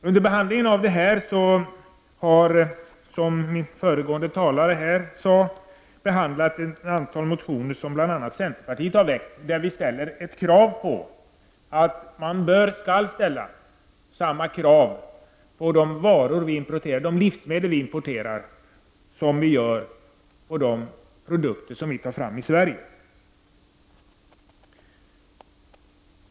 Under behandlingen av detta ärende har, som föregående talare sade, ett antal motioner som bl.a. väckts av centerpartiet diskuterats. Vi vill att samma krav skall ställas på de livsmedel som importeras som de krav som ställs på de produkter som tas fram i Sverige.